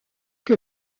que